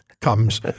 comes